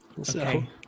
Okay